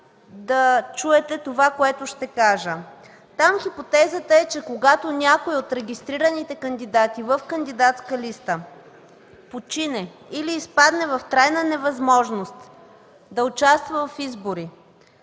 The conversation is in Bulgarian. да чуете това, което ще кажа. Там хипотезата е, че когато някой от регистрираните в кандидатска листа почине или изпадне в трайна невъзможност да участва в избори,